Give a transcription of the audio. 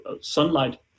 sunlight